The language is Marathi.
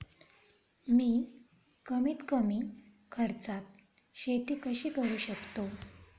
मी कमीत कमी खर्चात शेती कशी करू शकतो?